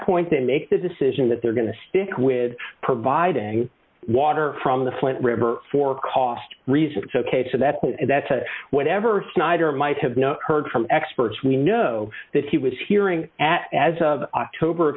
point they make the decision that they're going to stick with providing water from the flint river for cost reasons ok so that's that's whenever snyder might have no heard from experts we know that he was hearing as of october